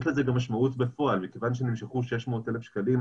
יש לזה גם משמעות בפועל מכיוון שנמשכו 600,000 שקלים,